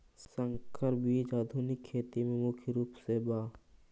संकर बीज आधुनिक खेती में मुख्य रूप से बा